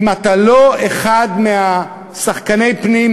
אם אתה לא אחד משחקני הפנים,